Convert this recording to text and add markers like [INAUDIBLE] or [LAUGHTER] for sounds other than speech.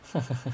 [LAUGHS]